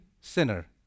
sinner